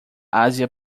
ásia